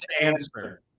answer